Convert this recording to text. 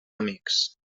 amics